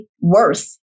worth